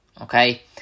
okay